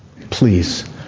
please